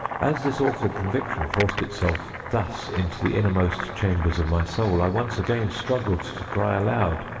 as this awful conviction forced itself, thus, into the innermost chambers of my soul, i once again struggled to cry aloud.